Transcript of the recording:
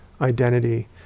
identity